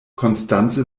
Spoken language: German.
constanze